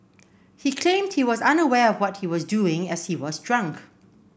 he claimed he was unaware of what he was doing as he was drunk